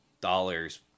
dollars